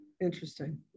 Interesting